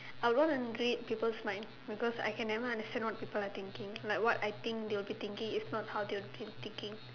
I want to read people's mind because I can never understand what people are thinking like what I think they will be thinking if not how they will be thinking